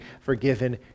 forgiven